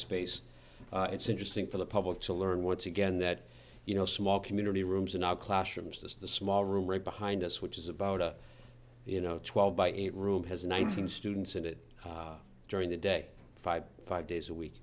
space it's interesting for the public to learn once again that you know small community rooms in our classrooms this is the small room right behind us which is about a you know twelve by eight room has nine hundred students in it during the day five five days a week